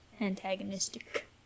antagonistic